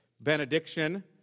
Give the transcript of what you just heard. benediction